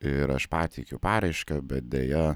ir aš pateikiau paraišką bet deja